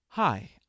Hi